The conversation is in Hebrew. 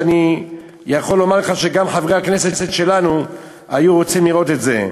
אני יכול לומר לך שגם חברי הכנסת שלנו היו רוצים לראות את זה,